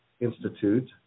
Institute